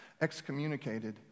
excommunicated